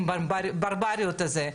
עם הברבריות הזאת.